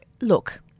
Look